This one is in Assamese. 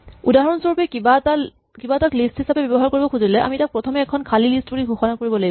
উদাহৰণস্বৰুপে কিবা এটাক লিষ্ট হিচাপে ব্যৱহাৰ কৰিব খুজিলে আমি তাক প্ৰথমে এখন খালী লিষ্ট বুলি ঘোষণা কৰিব লাগিব